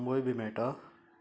आमोय बी मेळटा